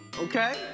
Okay